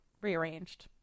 rearranged